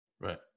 Right